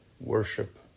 worship